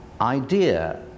idea